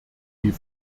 wie